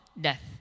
death